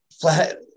flat